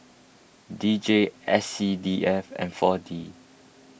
D J S C D F and four D